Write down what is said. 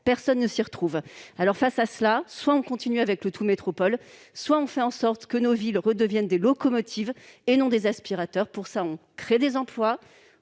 Personne ne s'y retrouve. Face à cela, soit on continue avec le « tout-métropole », soit on fait en sorte que nos villes redeviennent des locomotives, et non des aspirateurs ! Pour cela, il faut créer des emplois,